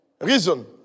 reason